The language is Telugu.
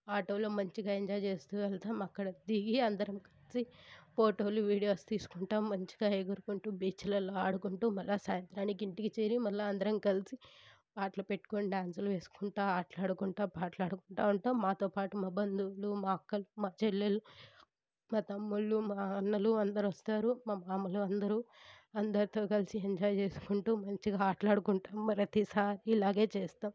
ఆటోలో మంచిగా ఎంజాయ్ చేస్తు వెళ్తాం అక్కడ దిగి అందరం కలిసి ఫోటోలు వీడియోస్ తీసుకుంటాం మంచిగా ఎగురుకుంటూ బీచ్లలో ఆడుకుంటూ మరల సాయంత్రానికి ఇంటికి చేరి మరల అందరం కలిసి పాటలు పెట్టుకుని డాన్సులు వేసుకుంటు ఆటలాడుకుంటు పాటలడుకుంటు ఉంటాం మాతోపాటు మా బంధువులు మా అక్కలు చెల్లెలు మా తమ్ముళ్ళు మా అన్నలు అందరు వస్తారు మా మామలు అందరు అందరితో కలిసి ఎంజాయ్ చేసుకుంటు మంచిగా ఆటలాడుకుంటాం ప్రతిసారి ఇలాగే చేస్తాం